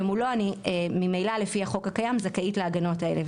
ומולו ממילא לפי החוק הקיים אני זכאית להגנות האלה,